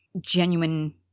genuine